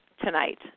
tonight